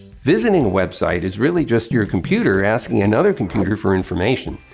visiting a website is really just your computer asking another computer for information.